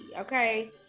okay